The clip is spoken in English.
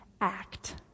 act